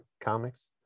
comics